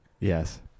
Yes